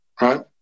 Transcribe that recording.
right